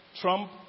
Trump